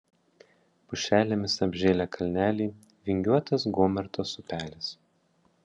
pušelėmis apžėlę kalneliai vingiuotas gomertos upelis